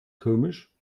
komisch